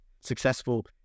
Successful